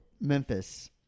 Memphis